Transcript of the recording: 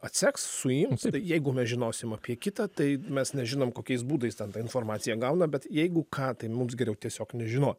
atseks suims jeigu mes žinosim apie kitą tai mes nežinom kokiais būdais ten tą informaciją gauna bet jeigu ką tai mums geriau tiesiog nežinoti